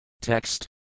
Text